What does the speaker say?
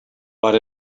but